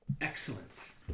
Excellent